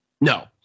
No